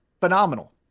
phenomenal